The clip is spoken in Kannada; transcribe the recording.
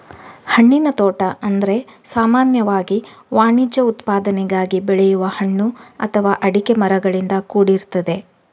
ಹಣ್ಣಿನ ತೋಟ ಅಂದ್ರೆ ಸಾಮಾನ್ಯವಾಗಿ ವಾಣಿಜ್ಯ ಉತ್ಪಾದನೆಗಾಗಿ ಬೆಳೆಯುವ ಹಣ್ಣು ಅಥವಾ ಅಡಿಕೆ ಮರಗಳಿಂದ ಕೂಡಿರ್ತದೆ